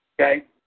Okay